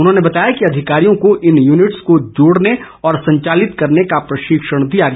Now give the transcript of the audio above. उन्होंने बताया कि अधिकारियों को इन यूनिट को जोड़ने और संचालित करने का प्रशिक्षण दिया गया